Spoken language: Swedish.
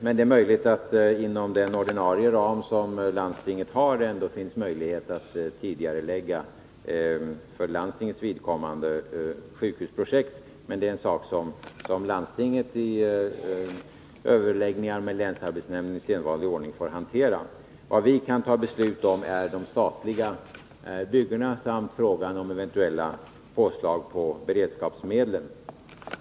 Men det är möjligt att det inom den ordinarie ram som landstinget har ändå finns möjlighet att för landstingets vidkommande tidigarelägga sjukhusprojektet, men det är en sak som landstinget i sedvanlig ordning får hantera i överläggningar med länsarbetsnämnden. Vad vi kan fatta beslut om är de statliga byggena samt eventuella påslag på beredskapsmedlen.